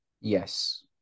Yes